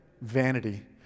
vanity